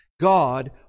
god